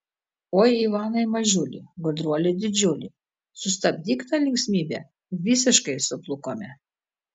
oi ivanai mažiuli gudruoli didžiuli sustabdyk tą linksmybę visiškai suplukome